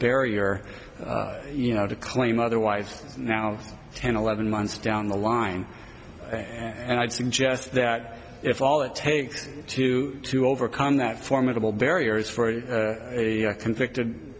barrier you know to claim otherwise now ten eleven months down the line and i'd suggest that if all it takes two to overcome that formidable barriers for a convicted